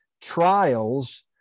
trials